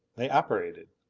they operated!